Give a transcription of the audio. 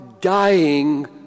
dying